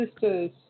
Sisters